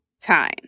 time